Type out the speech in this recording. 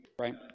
Right